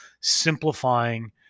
simplifying